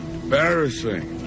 embarrassing